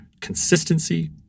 consistency